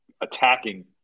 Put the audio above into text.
attacking